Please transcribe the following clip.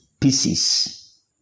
pieces